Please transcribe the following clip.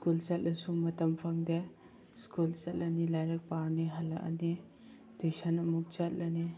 school ꯆꯠꯂꯁꯨ ꯃꯇꯝ ꯐꯪꯗꯦ ꯁ꯭ꯀꯨꯜ ꯆꯠꯂꯅꯤ ꯂꯥꯏꯔꯤꯛ ꯄꯥꯔꯅꯤ ꯍꯜꯂꯛꯑꯗꯤ ꯇ꯭ꯋꯤꯁꯟ ꯑꯃꯨꯛ ꯆꯠꯂꯅꯤ